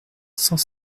cent